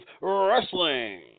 Wrestling